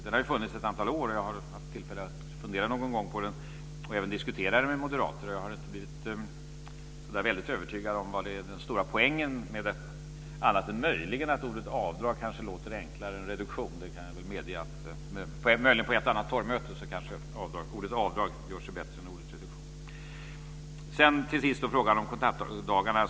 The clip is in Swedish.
Den har funnits ett antal år, och jag har haft tillfälle att fundera någon gång på den och även diskutera den med moderater. Jag har inte blivit så där väldigt övertygad om den stora poängen med detta, annat än möjligen att ordet avdrag kanske låter enklare än reduktion. Jag kan medge att ordet avdrag på ett och annat torgmöte gör sig bättre än ordet reduktion. Till sist frågan om kontaktdagarna.